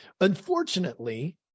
Unfortunately